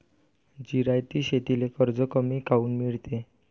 जिरायती शेतीले कर्ज कमी काऊन मिळते?